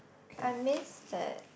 I miss that